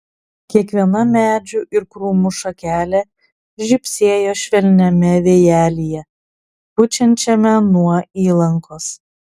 kiekviena medžių ir krūmų šakelė žibsėjo švelniame vėjelyje pučiančiame nuo įlankos